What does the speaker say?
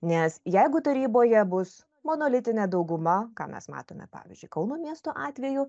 nes jeigu taryboje bus monolitinė dauguma ką mes matome pavyzdžiui kauno miesto atveju